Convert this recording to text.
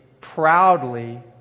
proudly